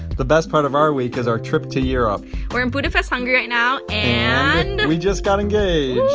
the best part of our week is our trip to europe we're in budapest, hungary, right now. and. and we just got engaged